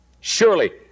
Surely